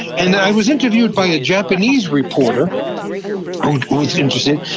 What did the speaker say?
and i was interviewed by a japanese reporter who was interested,